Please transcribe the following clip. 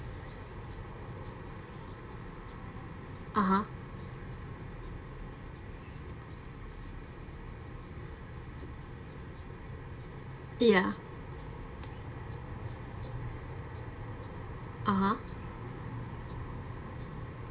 (uh huh) ya (uh huh)